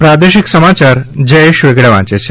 પ્રાદેશિક સમાયાર જયેશ વેગડા વાંચે છે